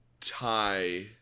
tie